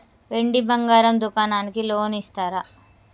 వెండి బంగారం దుకాణానికి లోన్ ఇస్తారా?